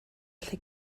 allu